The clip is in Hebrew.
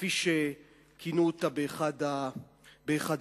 כפי שכינו אותה באחד העיתונים.